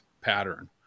pattern